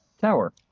tower